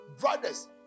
brothers